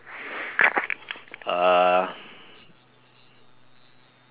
uh